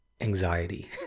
anxiety